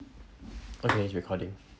okay you calling